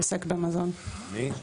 יבוא "בסמל ייצור נאות" והמילים "ובלי היתר"